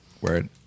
Word